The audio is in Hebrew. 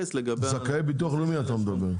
זכאי ביטוח לאומי אתה מדבר?